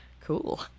cool